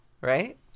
right